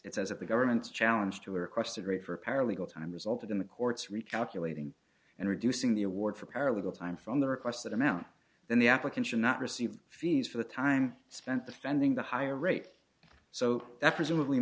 it's as if the government's challenge to a requested rate for a paralegal time resulted in the court's recalculating and reducing the award for paralegal time from the request that amount then the applicant should not receive fees for the time spent the fending the higher rate so that presumably